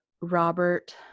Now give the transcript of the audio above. Robert